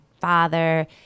father